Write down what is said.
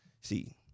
See